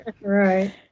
Right